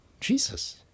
Jesus